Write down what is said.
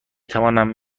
توانم